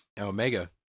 Omega